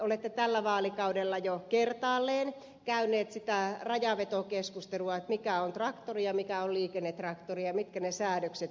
olette tällä vaalikaudella jo kertaalleen käyneet sitä rajanvetokeskustelua mikä on traktori ja mikä on liikennetraktori ja mitkä ne säädökset ovat